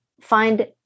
find